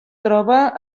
troba